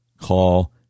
Call